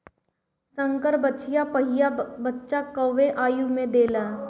संकर बछिया पहिला बच्चा कवने आयु में देले?